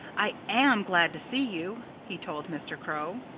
i am glad to see you! he told mr. crow.